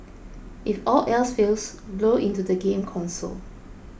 if all else fails blow into the game console